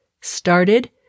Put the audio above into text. started